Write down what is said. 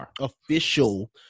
official